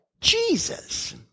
Jesus